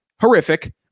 horrific